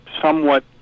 somewhat